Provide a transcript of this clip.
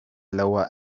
lower